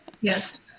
Yes